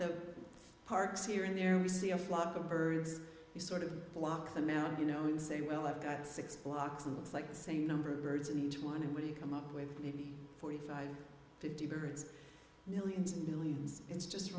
the parks here and there we see a flock of birds you sort of block them out and you know you say well i've got six blocks and looks like the same number of birds in each one and we come up with maybe forty five fifty birds millions and billions it's just